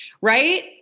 right